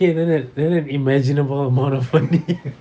okay like that like that imaginable amount of money